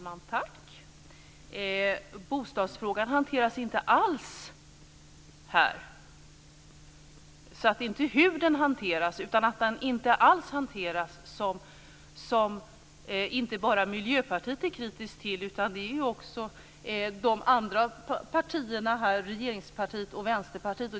Herr talman! Bostadsfrågan hanteras inte alls här. Det är inte frågan om hur den hanteras utan att den inte alls hanteras som inte bara Miljöpartiet är kritiskt till utan även regeringspartiet och Vänsterpartiet.